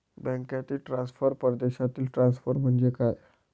बँकांतील ट्रान्सफर, परदेशातील ट्रान्सफर म्हणजे काय?